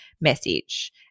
message